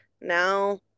now